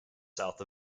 south